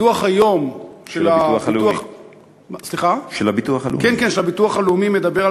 הדוח מהיום של הביטוח הלאומי מדבר על